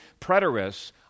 preterists